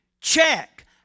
check